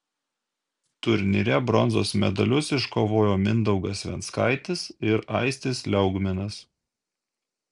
turnyre bronzos medalius iškovojo mindaugas venckaitis ir aistis liaugminas